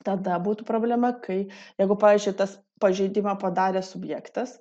tada būtų problema kai jeigu pavyzdžiui tas pažeidimą padaręs subjektas